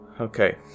Okay